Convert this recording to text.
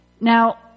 Now